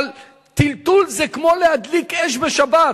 אבל טלטול זה כמו להדליק אש בשבת.